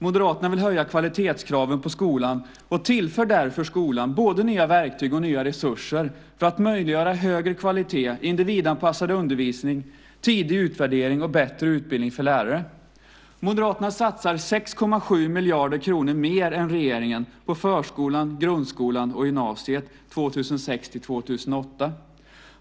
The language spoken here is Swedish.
Moderaterna vill höja kvalitetskraven på skolan och tillför därför skolan både nya verktyg och nya resurser för att möjliggöra en högre kvalitet, individanpassad undervisning, tidig utvärdering och bättre utbildning för lärare. Moderaterna satsar 6,7 miljarder kronor mer än regeringen på förskolan, grundskolan och gymnasiet 2006-2008.